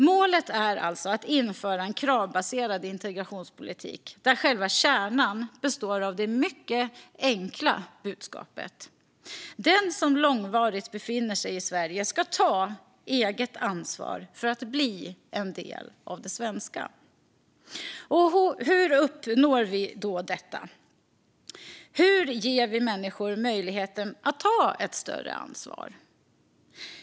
Målet är alltså att införa en kravbaserad integrationspolitik, där själva kärnan består av det mycket enkla budskapet att den som långvarigt befinner sig i Sverige ska ta eget ansvar för att bli en del av det svenska. Hur uppnår vi detta? Hur ger vi människor möjlighet att ta ett större ansvar?